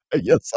Yes